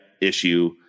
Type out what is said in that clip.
issue